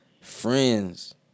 friends